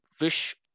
wish